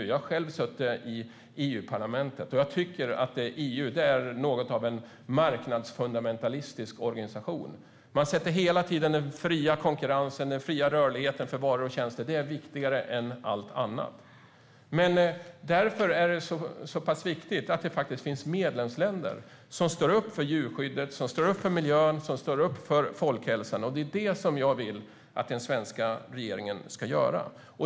Jag har själv suttit i EU-parlamentet, och jag tycker att EU är något av en marknadsfundamentalistisk organisation. Man sätter hela tiden den fria konkurrensen, den fria rörligheten för varor och tjänster främst - det är viktigare än allt annat. Men därför är det viktigt att det finns medlemsländer som står upp för djurskyddet, står upp för miljön, står upp för folkhälsan. Det är det jag vill att den svenska regeringen ska göra.